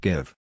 Give